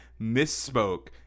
misspoke